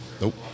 Nope